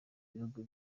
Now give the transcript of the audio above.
bihugu